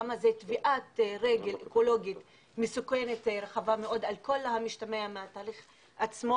כמה זו טביעת רגל אקולוגית מסוכנת רחבה מאוד על כל המשתמע מהתהליך עצמו,